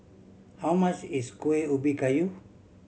how much is Kuih Ubi Kayu